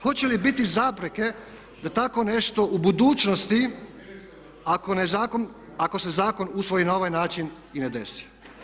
Hoće li biti zapreke da tako nešto u budućnosti ako se zakon usvoji na ovaj način i ne desi?